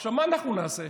עכשיו, מה אנחנו נעשה?